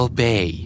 Obey